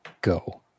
go